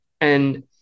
And-